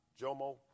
Jomo